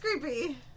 creepy